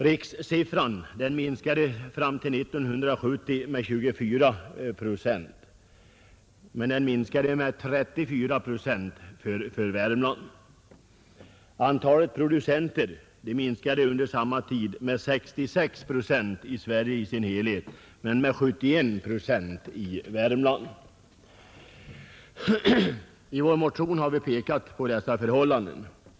Rikssiffran minskade fram till 1970 med 24 procent, men den minskade med 34 procent för Värmland. Antalet producenter minskade under samma tid med 66 procent i hela landet men med 71 procent i Värmland. I motionen har vi pekat på detta förhållande.